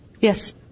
Yes